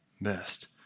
best